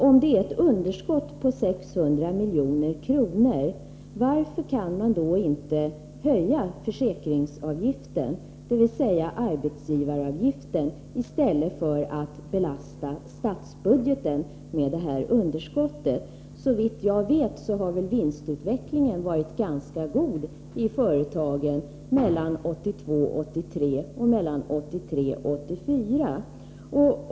Om det är ett underskott på 600 milj.kr., varför kan man då inte höja försäkringsavgiften —- dvs. arbetsgivaravgiften — i stället för att belasta statsbudgeten med det här underskottet? Såvitt jag vet har vinstutvecklingen varit ganska god i företagen mellan 1982 och 1983 och mellan 1983 och 1984.